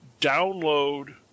download